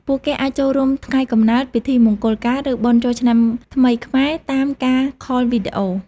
ពួកគេអាចចូលរួមថ្ងៃកំណើត ពិធីមង្គលការឬបុណ្យចូលឆ្នាំថ្មីខ្មែរតាមការខលវីដេអូ។